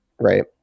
Right